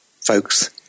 folks